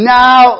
now